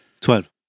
Twelve